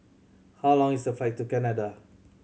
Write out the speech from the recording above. how long is the flight to Canada